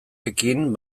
ekin